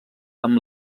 amb